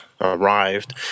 arrived